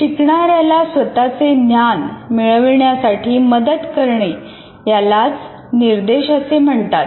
शिकणाऱ्याला स्वतःचे ज्ञान मिळविण्यासाठी मदत करणे यालाच निर्देश असे म्हणतात